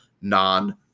Non